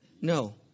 No